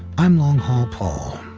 i'm long haul paul.